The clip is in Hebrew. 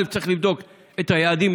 צריך לבדוק את היעדים,